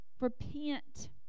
Repent